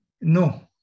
No